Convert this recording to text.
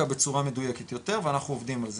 בצורה מדוייקת יותר ואנחנו עובדים על זה.